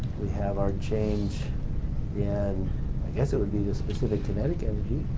we have our change in i guess it would be the specific kinetic energy,